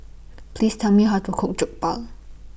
Please Tell Me How to Cook Jokbal